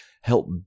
help